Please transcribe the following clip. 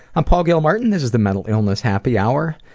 i'm paul gilmartin, this is the mental illness happy hour,